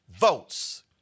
votes